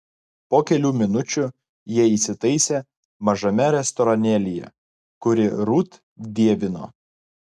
po kelių minučių jie įsitaisė mažame restoranėlyje kurį rut dievino